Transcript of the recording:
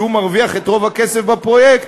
שהוא המרוויח את רוב הכסף בפרויקט,